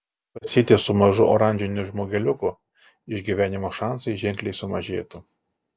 tąsytis su mažu oranžiniu žmogeliuku išgyvenimo šansai ženkliai sumažėtų